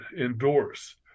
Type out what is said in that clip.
endorse